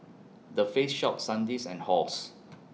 The Face Shop Sandisk and Halls